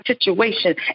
situation